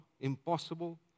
impossible